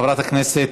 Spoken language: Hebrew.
חבר הכנסת